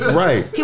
right